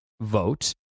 vote